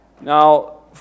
Now